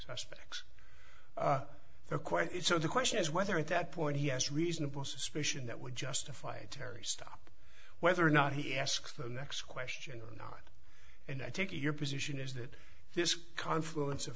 suspects or quite so the question is whether at that point he has reasonable suspicion that would justify a terry stop whether or not he asks the next question or not and i take it your position is that this confluence of